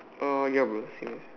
uh ya bro serious